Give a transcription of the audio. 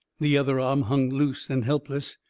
the other arm hung loose and helpless.